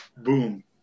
boom